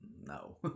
no